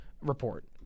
report